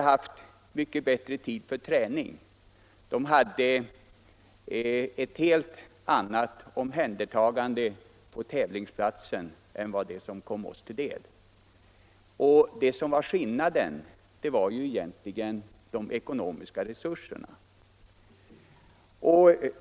Dessa ungdomar hade också mer tid för träning, och de blev omhändertagna på tävlingsplatserna på ett helt annat sätt än vi. Skillnaden mellan oss och dem var att dessa ungdomar hade större ekonomiska resurser än vi.